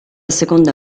seconda